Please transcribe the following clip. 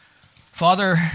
father